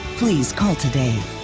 please call today.